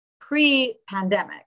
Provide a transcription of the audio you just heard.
pre-pandemic